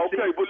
Okay